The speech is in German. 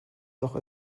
doch